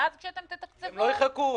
ואז כשאתם תתקצבו --- הם לא יחכו,